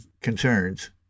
concerns